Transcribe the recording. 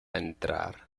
entrar